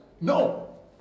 No